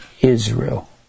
Israel